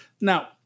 Now